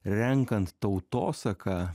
renkant tautosaką